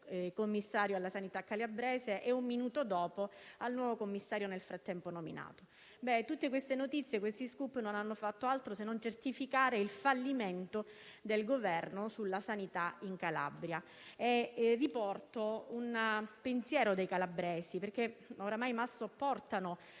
alla sanità calabrese e un minuto dopo il nuovo commissario nel frattempo nominato. Ebbene, tutte queste notizie e questi *scoop* non hanno fatto altro se non certificare il fallimento del Governo sulla sanità in Calabria. Riporto un pensiero dei calabresi, che oramai mal sopportano